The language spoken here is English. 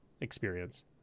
experience